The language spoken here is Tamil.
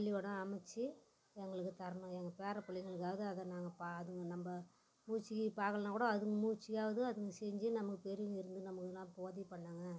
பள்ளிக்கூடம் அமச்சு எங்களுக்கு தரணும் எங்கள் பேர பிள்ளைங்களுக்காவது அதை நாங்கள் பா அது நம்ம மூச்சுக்கி பார்க்கலன்னாக் கூட அதுங்க மூச்சுக்காவது அதுங்க செஞ்சு நமக்கு பெரியவங்க இருந்து நமக்கெல்லாம் உதவி பண்ணாங்கள்